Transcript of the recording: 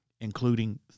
including